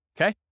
Okay